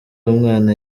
umwana